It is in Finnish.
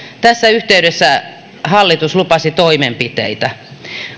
tässä yhteydessä hallitus lupasi toimenpiteitä